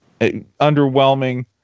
underwhelming